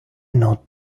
not